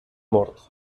mort